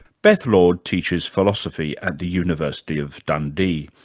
beth lord teaches philosophy at the university of dundee.